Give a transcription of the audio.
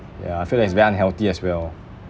ya I feel that is very unhealthy as well